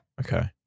okay